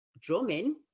drumming